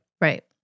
Right